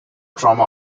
trauma